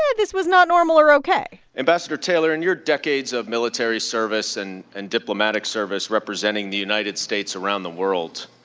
ah this was not normal or ok ambassador taylor, in your decades of military service and and diplomatic service representing the united states around the world,